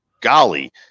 golly